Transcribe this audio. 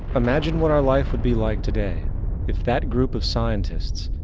imagine what our life would be like today if that group of scientists,